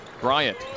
Bryant